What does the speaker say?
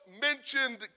mentioned